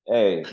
Hey